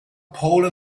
pole